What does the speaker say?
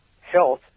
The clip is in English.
health